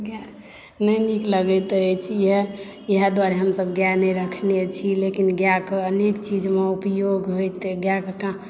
नहि नीक लगैत अछि इएह इएह द्वारे हमसभ गाए नहि रखने छी लेकिन गाएके अनेक चीजमे उपयोग होइत अछि गाएके काम